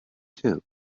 too